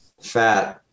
fat